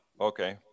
Okay